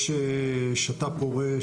יש שת"פ פורה,